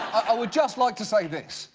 i would just like to say this